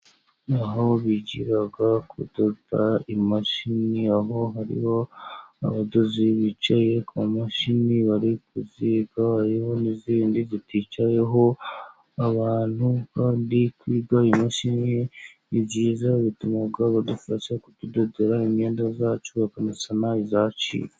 Aho bigira kudoda imashini, aho hariho abadozi bicaye ku mashini bari kuziga, hariho n'izindi ziticayeho abantu, kandi kwiga imashini ni byiza bituma badufasha kutudodera imyenda yacu bakanasana iyacitse.